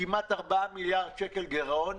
כמעט 4 מיליארד שקל גירעון.